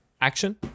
Action